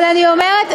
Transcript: אבל אני אומרת,